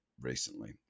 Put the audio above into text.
recently